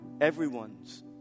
everyone's